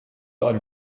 ein